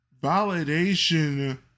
Validation